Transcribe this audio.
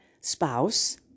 spouse